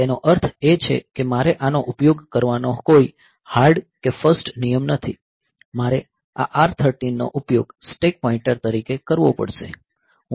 તેનો અર્થ એ છે કે મારે આનો ઉપયોગ કરવાનો કોઈ હાર્ડ કે ફર્સ્ટ નિયમ નથી મારે આ R 13 નો ઉપયોગ સ્ટેક પોઇન્ટર તરીકે કરવો પડશે